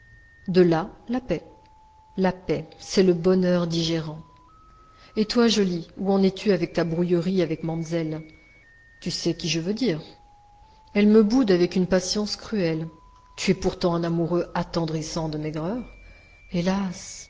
de là la paix la paix c'est le bonheur digérant et toi jolllly où en es-tu avec ta brouillerie avec mamselle tu sais qui je veux dire elle me boude avec une patience cruelle tu es pourtant un amoureux attendrissant de maigreur hélas